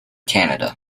canada